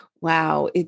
Wow